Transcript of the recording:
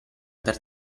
per